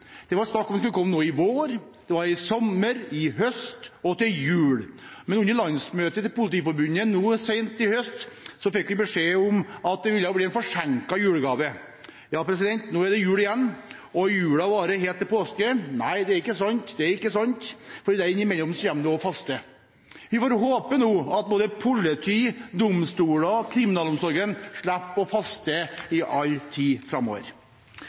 skulle komme i vår, i sommer, i høst og til jul. Men under landsmøtet til Politiforbundet sent i høst fikk vi beskjed om at det ville bli en forsinket julegave. Ja, nå er det jul igjen, og jula varer helt til påske. Nei, det er ikke sant, det er ikke sant, for derimellom kommer faste. Vi får håpe at politi, domstoler og kriminalomsorgen slipper å faste i all tid framover.